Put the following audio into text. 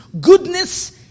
goodness